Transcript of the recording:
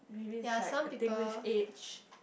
maybe it's like a thing with age